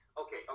okay